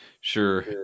Sure